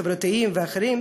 חברתיים ואחרים.